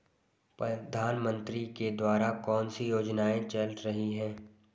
प्रधानमंत्री के द्वारा कौनसी योजनाएँ चल रही हैं?